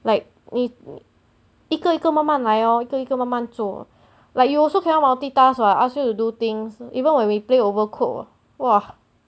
like 你你一个一个慢慢来 oh 一个一个慢慢做 like you also cannot multitask what ask you to do things even when we play overcook oh !whoa!